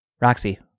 Roxy